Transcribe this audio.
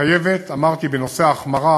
חייבת, אמרתי, בנושא ההחמרה,